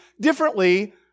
differently